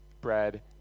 bread